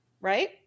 Right